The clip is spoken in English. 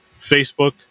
Facebook